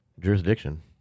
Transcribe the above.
jurisdiction